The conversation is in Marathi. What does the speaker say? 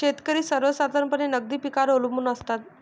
शेतकरी सर्वसाधारणपणे नगदी पिकांवर अवलंबून असतात